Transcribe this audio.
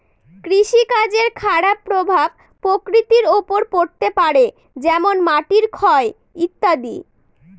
কৃষিকাজের খারাপ প্রভাব প্রকৃতির ওপর পড়তে পারে যেমন মাটির ক্ষয় ইত্যাদি